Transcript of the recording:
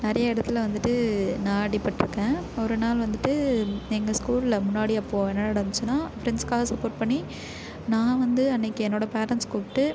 நிறைய இடத்துல வந்துட்டு நான் அடிபட்டிருக்கேன் ஒரு நாள் வந்துட்டு எங்கள் ஸ்கூலில் முன்னாடி அப்போது என்ன நடந்துச்சுன்னா ஃப்ரெண்ட்ஸ்காக சப்போர்ட் பண்ணி நான் வந்து அன்றைக்கி என்னோடய பேரன்ட்ஸ் கூப்பிட்டு